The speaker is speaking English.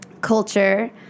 culture